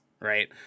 right